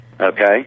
Okay